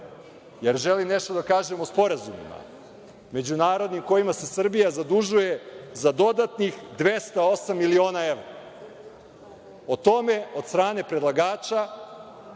jer želim nešto da kažem o sporazumima, međunarodnim, kojima se Srbija zadužuje za dodatnih 208 miliona evra. O tome od strane predlagača,